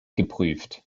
geprüft